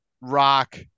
rock